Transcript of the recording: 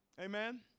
Amen